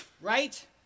Right